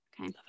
Okay